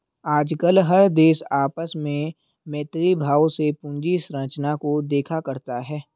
आजकल हर देश आपस में मैत्री भाव से पूंजी संरचना को देखा करता है